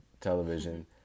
television